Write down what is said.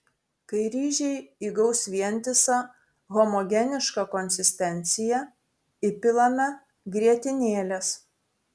kai ryžiai įgaus vientisą homogenišką konsistenciją įpilame grietinėlės